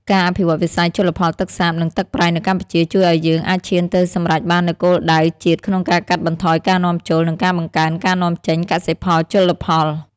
ការអភិវឌ្ឍវិស័យជលផលទឹកសាប និងទឹកប្រៃនៅកម្ពុជា ជួយឱ្យយើងអាចឈានទៅសម្រេចបាននូវគោលដៅជាតិក្នុងការកាត់បន្ថយការនាំចូល និងការបង្កើនការនាំចេញកសិផលជលផល។